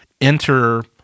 enter –